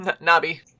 Nobby